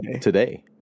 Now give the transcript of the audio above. today